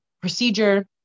procedure